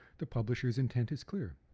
the publisher's intent is clear,